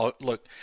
Look